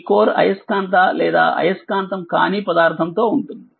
ఈ కోర్ అయస్కాంత లేదా అయస్కాంతం కానీ పదార్థం తో ఉంటుంది